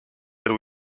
edu